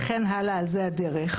וכן הלאה, על זאת הדרך.